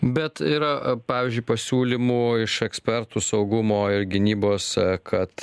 bet yra pavyzdžiui pasiūlymų iš ekspertų saugumo ir gynybos kad